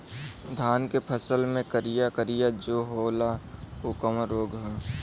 धान के फसल मे करिया करिया जो होला ऊ कवन रोग ह?